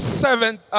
seventh